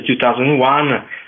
2001